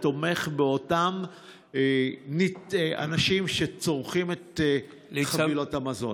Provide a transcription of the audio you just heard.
התומך באותם אנשים שצורכים את חבילות המזון.